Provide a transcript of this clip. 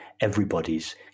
everybody's